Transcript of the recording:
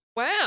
wow